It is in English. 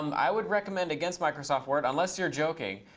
um i would recommend against microsoft word, unless you're joking.